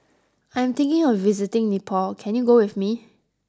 I am thinking of visiting Nepal can you go with me